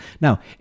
Now